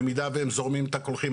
במידה והם זורמים את הקולחים,